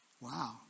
Wow